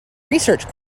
research